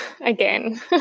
again